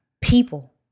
People